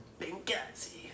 Benghazi